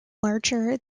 larger